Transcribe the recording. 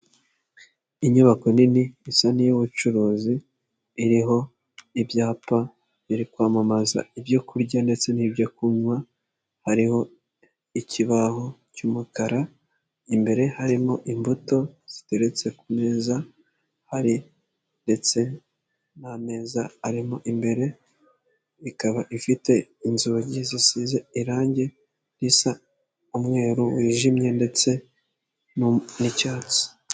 Inyubako nini isa n'iy'ubucuruzi iriho ibyapa biri kwamamaza ibyokurya ndetse n'ibyo kunywa, hariho ikibaho cy'umukara, imbere harimo imbuto ziteretse ku meza, hari ndetse n'ameza arimo imbere, ikaba ifite inzugi zisize irangi risa umweru wijimye ndetse n'icyatsi.